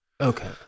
Okay